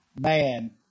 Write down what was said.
man